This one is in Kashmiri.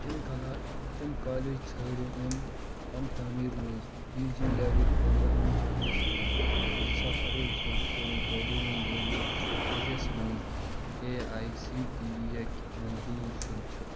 تِم کلا تِم کالیج ژھٲرِ یِم فن تعمیٖر مَنٛز پی جی لٮ۪ولٕکۍ پروگرام چھِ پیش کران تہِ زٕ ساس اَکہٕ وُہ زٕ ساس زٕ توٚوُہ تٲلیٖمی ؤری ؤریَس منٛز A I C T E اٮ۪ک منظوٗر شُد چھُ